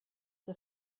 the